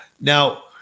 Now